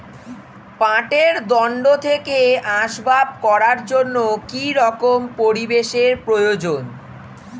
পাটের দণ্ড থেকে আসবাব করার জন্য কি রকম পরিবেশ এর প্রয়োজন?